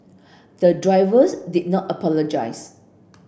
the drivers did not apologise